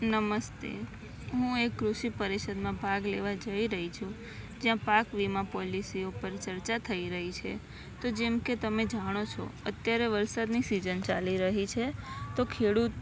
નમસ્તે હું એક કૃષિ પરિષદમાં ભાગ લેવા જઈ રહી છું જ્યાં પાક વીમા પોલિસી ઉપર ચર્ચા થઈ રહી છે તો જેમ કે તમે જાણો છો અત્યારે વરસાદની સિજન ચાલી રહી છે તો ખેડૂત